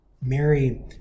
Mary